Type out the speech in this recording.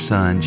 Son